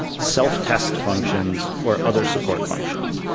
self test functions or other support functions.